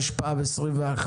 התשפ"ב-2021,